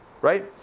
right